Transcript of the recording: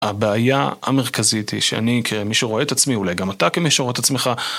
הבעיה המרכזית היא שאני כמי שרואה את עצמי, אולי גם אתה כמי שרואה את עצמך